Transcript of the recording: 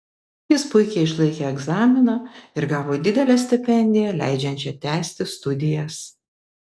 jis puikiai išlaikė egzaminą ir gavo didelę stipendiją leidžiančią tęsti studijas